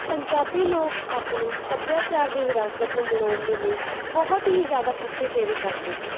ਪੰਜਾਬੀ ਲੋਕ ਆਪਣੇ ਸੱਭਿਆਚਾਰ ਦੀ ਵਿਰਾਸਤ ਨੂੰ ਮਨਾਉਣ ਦੇ ਲਈ ਬਹੁਤ ਹੀ ਜ਼ਿਆਦਾ ਠੱਠੇ ਠੇਰੇ ਕਰਦੇ ਹਨ